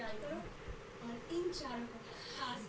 तब कहिया आई कुल कागज़ लेके?